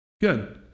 Good